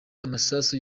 amasasu